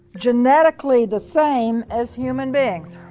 genetically the same as human beings?